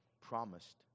promised